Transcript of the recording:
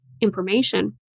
information